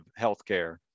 healthcare